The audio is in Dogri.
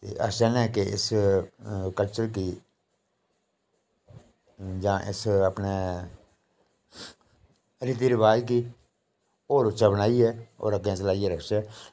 ते अस चाहन्ने आं कि इस कल्चर गी जां इस अपने रीति रवाज गी होर उच्चा बनाइयै होर अग्गें चलाइयै रखचै